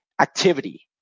activity